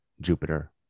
Jupiter